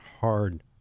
hard